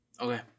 Okay